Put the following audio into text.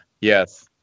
Yes